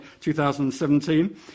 2017